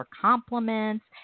compliments